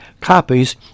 copies